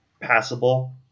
passable